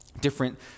different